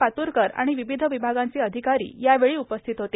पातूरकर व विविध विभागाचे अधिकारी यावेळी उपस्थित होते